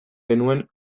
genuen